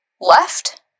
left